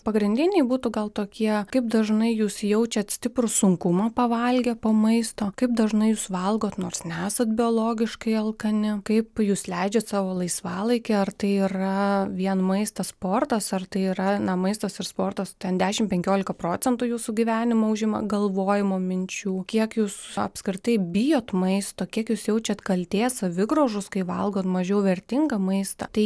pagrindiniai būtų gal tokie kaip dažnai jūs jaučiat stiprų sunkumą pavalgę po maisto kaip dažnai jūs valgot nors nesat biologiškai alkani kaip jūs leidžiat savo laisvalaikį ar tai yra vien maistas sportas ar tai yra na maistas ir sportas ten dešimt penkiolika procentų jūsų gyvenimo užima galvojimo minčių kiek jūs apskritai bijot maisto kiek jūs jaučiat kaltės savigraužos kai valgot mažiau vertingą maistą tai